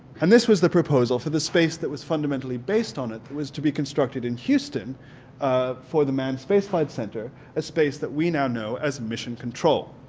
and this was the proposal for the space that was fundamentally based on it that was to be constructed in houston ah for the manned space flight center, a space that we now know as mission control.